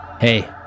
Hey